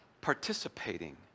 participating